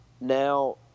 Now